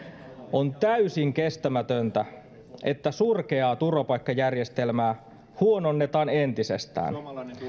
on täysin kestämätöntä että surkeaa turvapaikkajärjestelmää huononnetaan entisestään